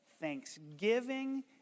thanksgiving